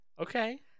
Okay